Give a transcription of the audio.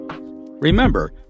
Remember